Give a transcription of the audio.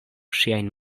ŝiajn